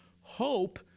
Hope